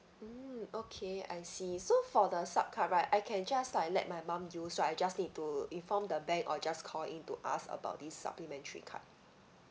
mm okay I see so for the sub card right I can just like let my mum use so I just need to inform the bank or just call in to ask about this supplementary card